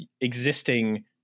existing